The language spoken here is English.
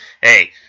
Hey